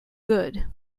good